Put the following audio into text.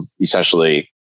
essentially